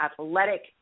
athletic